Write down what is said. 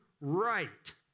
right